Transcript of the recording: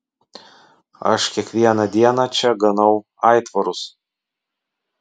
aš kiekvieną dieną čia ganau aitvarus